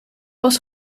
was